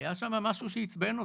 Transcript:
היה שמה משהו שעיצבן אותו.